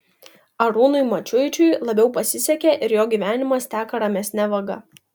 arūnui mačiuičiui labiau pasisekė ir jo gyvenimas teka ramesne vaga